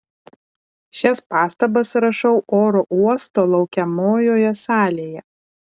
šias pastabas rašau oro uosto laukiamojoje salėje